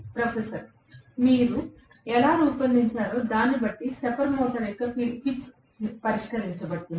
professor మీరు ఎలా రూపొందించారో దానిని బట్టి స్టెప్పర్ మోటారు యొక్క పిచ్ పరిష్కరించబడుతుంది